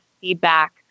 feedback